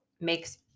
makes